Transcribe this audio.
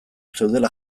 zeudela